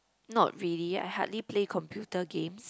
not really I hardly play computer games